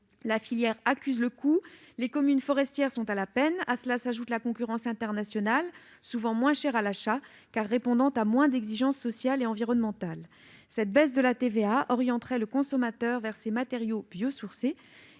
La filière accuse le coup, les communes forestières sont à la peine. À cela s'ajoute la concurrence internationale, qui est souvent moins chère à l'achat, car elle répond à moins d'exigences sociales et environnementales. Cette baisse de la TVA orienterait le consommateur vers ces matériaux biosourcés